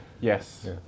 Yes